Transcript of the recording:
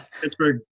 Pittsburgh